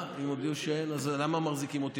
אז למה מחזיקים אותי?